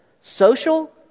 social